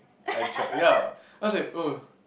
I ya I was like !urgh!